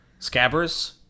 Scabbers